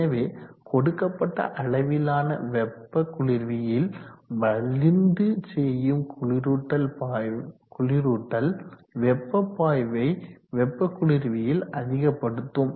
எனவே கொடுக்கப்பட்ட அளவிலான வெப்ப குளிர்வியில் வலிந்து செய்யும் குளிரூட்டல் வெப்ப பாய்வை வெப்ப குளிர்வியில் அதிகப்படுத்தும்